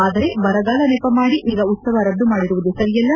ಆದರೆ ಬರಗಾಲ ನೆಪ ಮಾಡಿ ಈಗ ಉತ್ಸವ ರದ್ದು ಮಾಡಿರುವುದು ಸರಿಯಲ್ಲ